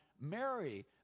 Mary